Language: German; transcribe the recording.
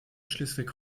schleswig